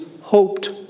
hoped